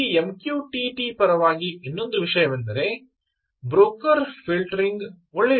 ಈ MQTT ಪರವಾಗಿ ಇನ್ನೊಂದು ವಿಷಯವೆಂದರೆ ಬ್ರೋಕರ್ "ಫಿಲ್ಟರಿಂಗ್" ಒಳ್ಳೆಯದು